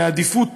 לעדיפות